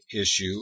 issue